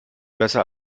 besser